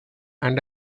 and